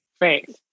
Right